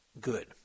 good